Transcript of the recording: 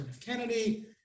Kennedy